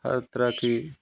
हर तरह की